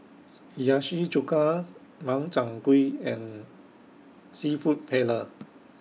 Hiyashi Chuka Makchang Gui and Seafood Paella